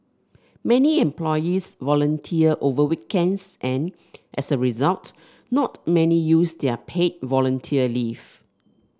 many employees volunteer over weekends and as a result not many use their paid volunteer leave